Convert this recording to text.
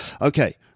Okay